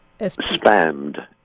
Spammed